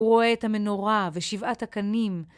הוא רואה את המנורה ושבעת הקנים.